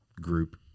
group